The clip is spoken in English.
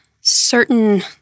certain